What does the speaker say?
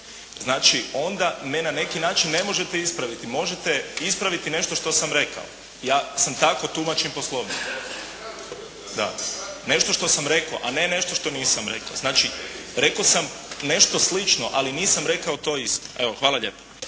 znači onda me na neki način ne možete ispraviti, možete ispraviti nešto što sam rekao. Ja sam tako, tumačim Poslovnik, da, nešto što sam rekao, a ne nešto što nisam rekao, znači rekao sam nešto slično, ali nisam rekao to isto. Evo, hvala lijepo.